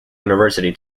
university